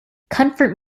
comfort